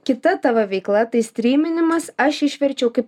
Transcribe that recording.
kita tavo veikla tai stryminimas aš išverčiau kaip